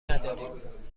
نداریم